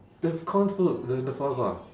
the f~ corn food the the foie gras